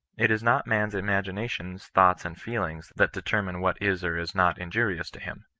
it is not man's imaginations, thoughts, and feelings, that determine what is or is not injurious to him.